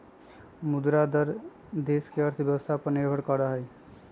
मुद्रा दर देश के अर्थव्यवस्था पर निर्भर करा हई